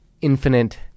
infinite